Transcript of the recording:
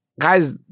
Guys